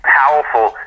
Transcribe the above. powerful